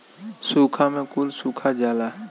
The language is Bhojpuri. सूखा में कुल सुखा जाला